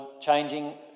changing